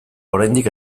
oraindik